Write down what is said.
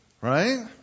Right